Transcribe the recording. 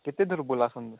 କେତେ ଦୂର ବୁଲାସନ